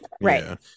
Right